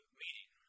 meeting